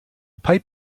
pipe